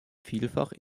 vielfach